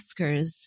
Oscars